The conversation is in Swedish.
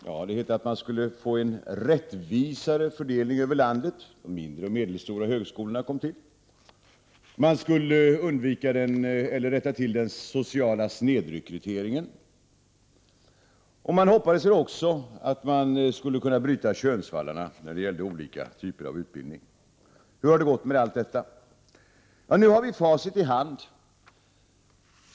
Ja, det hette att man skulle få en rättvisare fördelning över landet när de mindre och medelstora högskolorna kom till. Man skulle rätta till den sociala snedrekryteringen, och man hoppades väl också att man skulle kunna bryta könsvallarna när det gällde olika typer av utbildning. Hur har det gått med allt detta? Ja, nu har vi facit i hand.